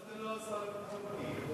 דווקא לא השר לביטחון פנים.